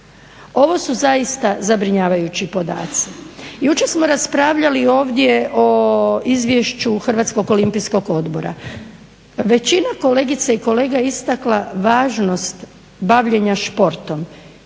Ovo su zaista zabrinjavajući podaci. Jučer smo raspravljali ovdje o Izvješću Hrvatskog olimpijskog odbora. Većina kolegica i kolega je istakla važnost bavljenja športom.